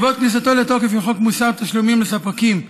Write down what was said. בעקבות כניסתו לתוקף של חוק מוסר תשלומים לספקים,